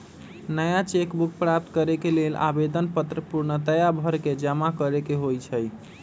नया cheque book प्राप्त करेके लेल आवेदन पत्र पूर्णतया भरके जमा करेके होइ छइ